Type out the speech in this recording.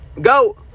go